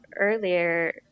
earlier